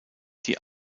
die